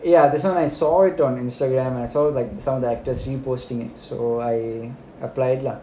ya this [one] I saw it on Instagram I saw like some of the actors reposting it so I applied lah